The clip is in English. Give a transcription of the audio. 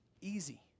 easy